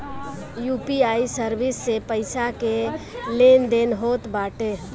UPI service से पईसा के लेन देन होत बाटे